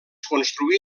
construí